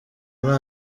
muri